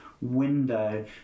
window